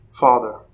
Father